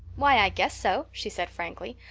why, i guess so, she said frankly.